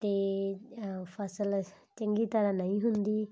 ਅਤੇ ਫਸਲ ਚੰਗੀ ਤਰ੍ਹਾਂ ਨਹੀਂ ਹੁੰਦੀ